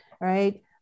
right